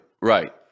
Right